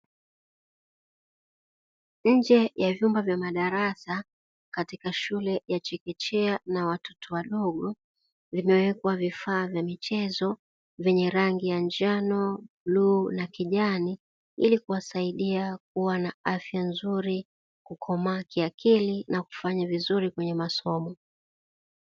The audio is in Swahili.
Nje ya vyumba vya madarasa, katika shule ya chekechea na watoto wadogo. Vimewekwa vifaa vya michezo vyenye rangi ya njano, bluu na kijani, ili kuwasaida kuwa na afya nzuri, kukomaa kiakili na kufanya vizuri kwenye masomo.